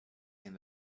and